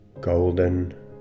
golden